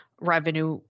revenue